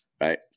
right